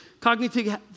cognitive